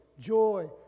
joy